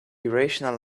irrational